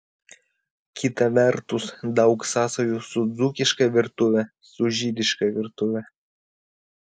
kita vertus daug sąsajų su dzūkiška virtuve su žydiška virtuve